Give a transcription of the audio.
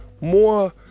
more